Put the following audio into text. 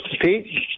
Pete